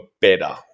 better